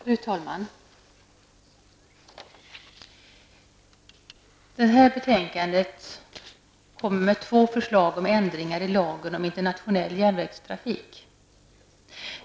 Fru talman! Detta betänkande behandlar två förslag om ändring i lagen om internationell järnvägstrafik.